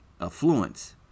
affluence